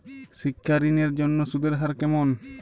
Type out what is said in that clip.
শিক্ষা ঋণ এর জন্য সুদের হার কেমন?